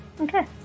Okay